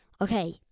Okay